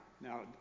Now